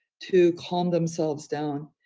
to calm themselves down.